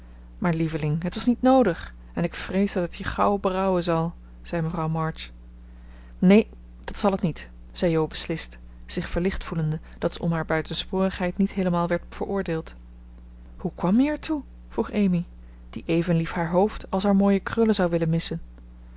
maar lieveling het was niet noodig en ik vrees dat het je gauw berouwen zal zei mevrouw march neen dat zal het niet zei jo beslist zich verlicht voelende dat ze om haar buitensporigheid niet heelemaal werd veroordeeld hoe kwam je er toe vroeg amy die even lief haar hoofd als haar mooie krullen zou willen missen